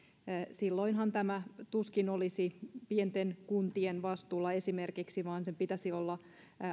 silloinhan tämä tuskin olisi esimerkiksi pienten kuntien vastuulla vaan sen pitäisi olla